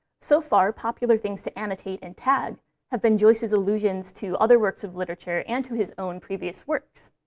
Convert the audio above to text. so far, popular things to annotate and tag have been joyce's allusions to other works of literature and to his own previous works.